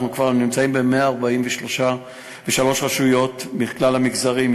אנחנו נמצאים כבר ב-143 רשויות בכלל המגזרים,